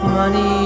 money